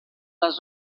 les